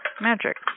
magic